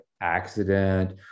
accident